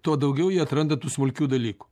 tuo daugiau jie atranda tų smulkių dalykų